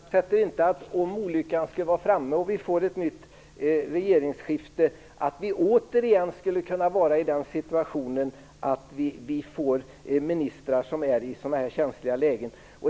Fru talman! Jag ifrågasätter inte om olyckan skulle vara framme och vi får ett nytt regeringsskifte att vi återigen skulle vara i den situationen att vi får ministrar som är i sådana känsliga lägen.